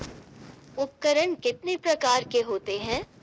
उपकरण कितने प्रकार के होते हैं?